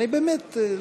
באמת.